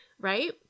right